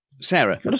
Sarah